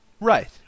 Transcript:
Right